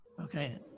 Okay